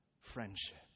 friendship